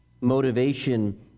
motivation